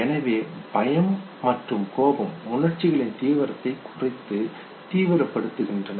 எனவே பயம் மற்றும் கோபம் உணர்ச்சிகளின் தீவிரத்தை குறைக்க தீவிரப்படுத்தப்படுகின்றன